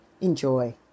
Enjoy